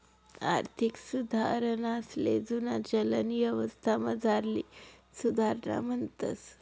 आर्थिक सुधारणासले जुना चलन यवस्थामझारली सुधारणा म्हणतंस